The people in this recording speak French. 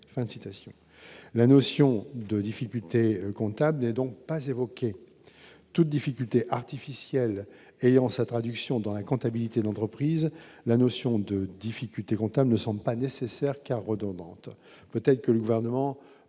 fin de citation,